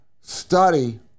study